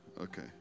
okay